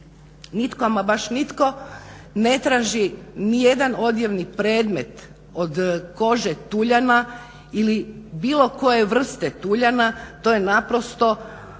nitko ama baš nitko ne traži nijedan odjevni predmet od kože tuljana ili bilo koje vrste tuljana, to je naprosto